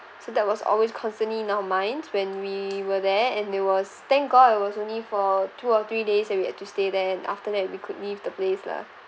so that was always constantly in our minds when we were there and there was thank god it was only for two or three days that we had to stay there and after that we could leave the place lah